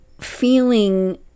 feeling